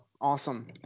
awesome